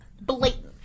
blatant